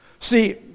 See